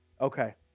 Okay